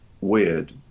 weird